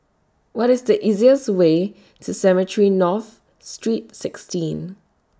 What IS The easiest Way to Cemetry North Street sixteen